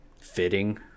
fitting